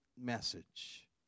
message